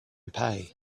pie